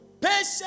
patient